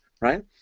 right